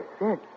yes